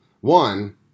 one